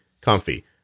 comfy